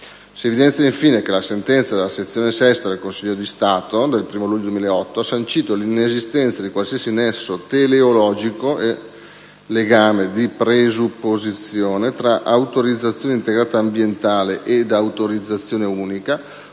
Si evidenzia, infine, che la sentenza della sezione sesta del Consiglio di Stato del 1° luglio 2008 ha sancito l'inesistenza di qualsiasi nesso teleologico e legame di presupposizione tra autorizzazione integrata ambientale ed autorizzazione unica,